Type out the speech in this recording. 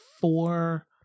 four